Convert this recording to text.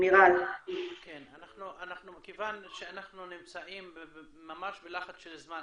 כיוון שאנחנו נמצאים ממש בלחץ של זמן,